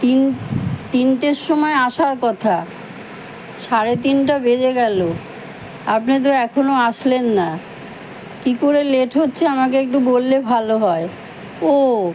তিন তিনটের সময় আসার কথা সাড়ে তিনটা বেজে গেল আপনি তো এখনও আসলেন না কী করে লেট হচ্ছে আমাকে একটু বললে ভালো হয় ও